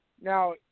Now